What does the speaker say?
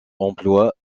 emplois